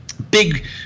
big